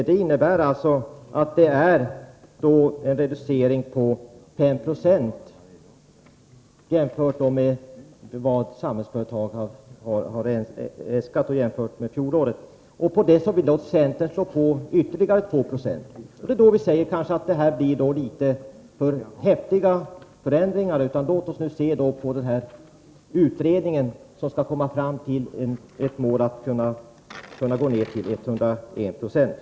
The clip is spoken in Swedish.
Det innebär en reducering med 5 90 jämfört med vad Samhällsföretag har äskat och jämfört med fjolåret. Här vill då centern minska med ytterligare 2 20. Det är då vi säger att det blir för häftiga förändringar. Låt oss först avvakta utredningen, som har att undersöka hur man skall kunna gå ned till 101 90.